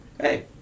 Hey